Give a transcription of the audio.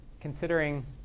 considering